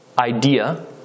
idea